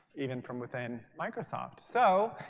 even from within microsoft. so